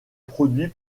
produits